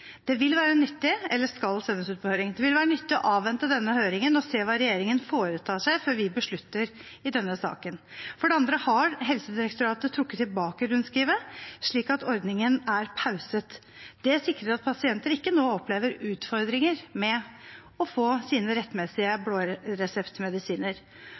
det vil være nyttig å avvente denne høringen og se hva regjeringen foretar seg, før vi beslutter i denne saken. For det andre har Helsedirektoratet trukket tilbake rundskrivet, slik at ordningen er pauset. Det sikrer at pasienter ikke nå opplever utfordringer med å få sine rettmessige